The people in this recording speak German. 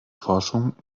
forschung